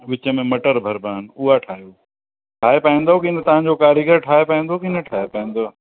विच में मटर भरिबा आहिनि उहा ठाहियो ठाहे पाईंदा किन तव्हां जो कारीगर ठाहे पाईंदो की न ठाहे पाईंदो